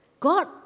God